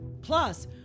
Plus